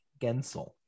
Gensel